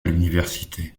l’université